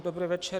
Dobrý večer.